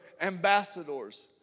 ambassadors